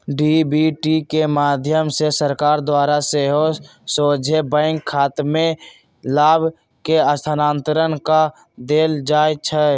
DBT के माध्यम से सरकार द्वारा सेहो सोझे बैंक खतामें लाभ के स्थानान्तरण कऽ देल जाइ छै